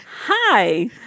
Hi